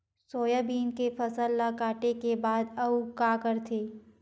Soybean के फसल ल काटे के बाद आऊ का करथे?